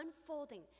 unfolding